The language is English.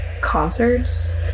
concerts